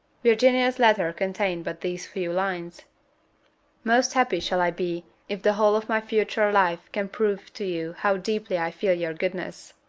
virginia's letter contained but these few lines most happy shall i be if the whole of my future life can prove to you how deeply i feel your goodness.